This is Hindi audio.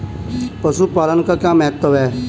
पशुपालन का क्या महत्व है?